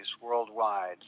worldwide